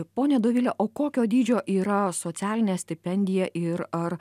ponia dovile o kokio dydžio yra socialinė stipendija ir ar